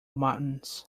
mountains